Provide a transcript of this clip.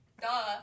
duh